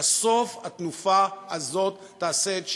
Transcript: בסוף התנופה הזאת תעשה את שלה.